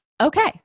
okay